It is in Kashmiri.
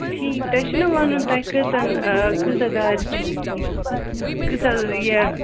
ٹھیٖک تۄہہِ چھُو نا وَنُن تۄہہِ کٔژَن کۭژاہ دارِ چھُو کۭژاہ یہِ